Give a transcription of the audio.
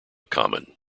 common